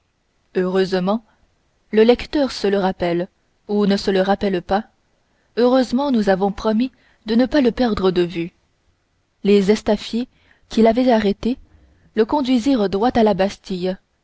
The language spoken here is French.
heureusement le lecteur se le rappelle ou ne se le rappelle pas heureusement que nous avons promis de ne pas le perdre de vue les estafiers qui l'avaient arrêté le conduisirent droit à la bastille